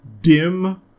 dim